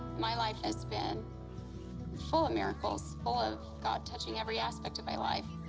my life has been full of miracles, full of god touching every aspect of my life.